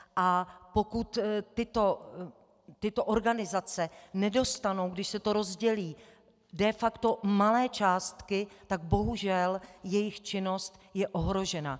A pokud tyto organizace nedostanou, když se to rozdělí, de facto malé částky, tak bohužel jejich činnost je ohrožena.